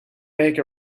make